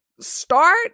start